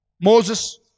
Moses